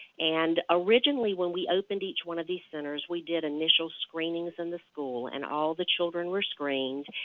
and originally, when we opened each one of these centers, we did initial screenings in the school, and all the children were screened.